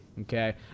okay